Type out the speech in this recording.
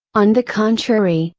on the contrary,